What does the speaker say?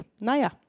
Naya